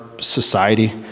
society